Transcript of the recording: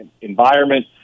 environment